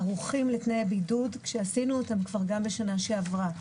ערוכים לתנאי בידוד שעשינו גם בשנה שעברה.